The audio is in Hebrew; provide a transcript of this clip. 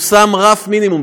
הוא שם רף מינימום,